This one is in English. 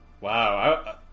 Wow